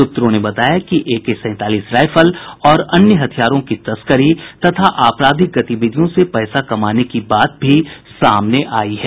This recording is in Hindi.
सूत्रों ने बताया कि एके सैंतालीस राइफल और अन्य हथियारों की तस्करी तथा आपराधिक गतिविधियों से पैसा कमाने की बात भी सामने आयी है